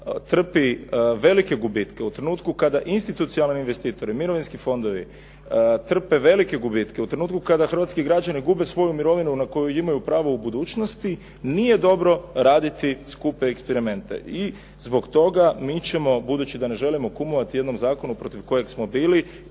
trpi velike gubitke, u trenutku kada institucionalni investitori, mirovinski fondovi trpe velike gubitke, u trenutku kada hrvatski građani gube svoju mirovinu na koju imaju pravo u budućnosti nije dobro raditi skupe eksperimente i zbog toga mi ćemo, budući da ne želimo kumovati jednom zakonu protiv kojeg smo bili,